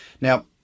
Now